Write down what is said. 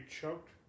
choked